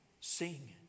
sing